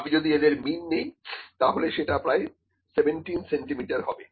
আমি যদি এদের মিন নিই তাহলে সেটা প্রায় 17 সেন্টিমিটার হবে